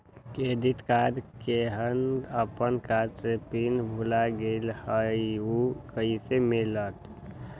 Credit card केहन अपन card के पिन भुला गेलि ह त उ कईसे मिलत?